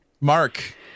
mark